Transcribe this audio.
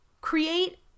create